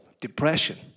depression